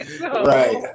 Right